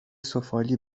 سفالی